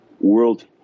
world